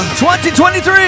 2023